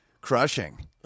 crushing